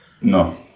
No